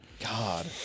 god